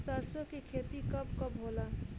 सरसों के खेती कब कब होला?